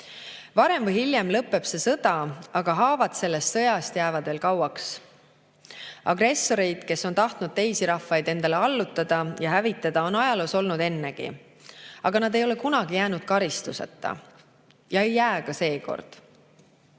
Varem või hiljem lõpeb see sõda, aga haavad sellest sõjast jäävad veel kauaks. Agressoreid, kes on tahtnud teisi rahvaid endale allutada ja hävitada, on ajaloos olnud ennegi. Aga nad ei ole kunagi jäänud karistuseta. Ei jää ka seekord.